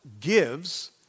gives